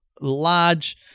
large